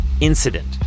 incident